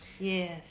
Yes